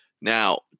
Now